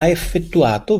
effettuato